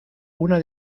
una